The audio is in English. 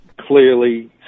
Clearly